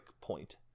point